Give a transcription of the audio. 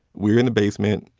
we were in the basement.